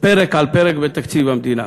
פרק-פרק בתקציב המדינה.